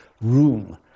room